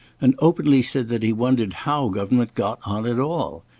and openly said that he wondered how government got on at all.